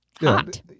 hot